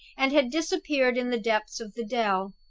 and had disappeared in the depths of the dell.